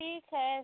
ठीक है